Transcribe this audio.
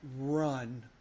run